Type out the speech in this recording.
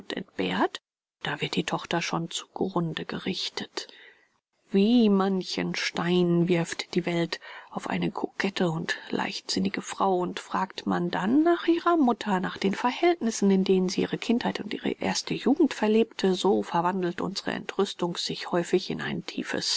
entbehrt da wird die tochter schon zu grunde gerichtet wie manchen stein wirft die welt auf eine kokette und leichtsinnige frau und fragt man dann nach ihrer mutter nach den verhältnissen in denen sie ihre kindheit und erste jugend verlebte so verwandelt unsere entrüstung sich häufig in ein tiefes